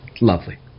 lovely